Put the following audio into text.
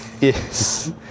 yes